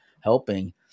helping